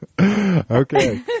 Okay